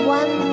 one